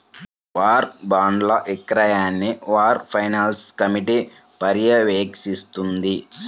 war బాండ్ల విక్రయాన్ని war finance committee పర్యవేక్షిస్తుంది